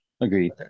Agreed